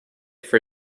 for